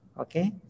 Okay